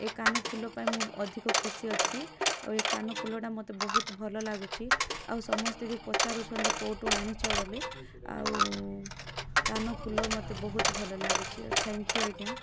ଏ କାନଫୁଲ ପାଇଁ ମୁଁ ଅଧିକ ଖୁସି ଅଛି ଆଉ ଏ କାନଫୁଲଟା ମତେ ବହୁତ ଭଲ ଲାଗୁଛି ଆଉ ସମସ୍ତେ ବି ପଚାରୁଛନ୍ତି କେଉଁଠୁ ଆଣିଛ ବୋଲି ଆଉ କାନଫୁଲ ମତେ ବହୁତ ଭଲ ଲାଗୁଛିି ଥ୍ୟାଙ୍କ୍ ୟୁ ଆଜ୍ଞା